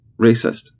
racist